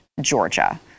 Georgia